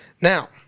Now